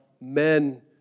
men